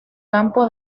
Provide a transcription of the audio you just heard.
campo